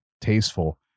tasteful